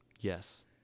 Yes